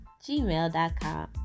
gmail.com